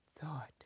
thought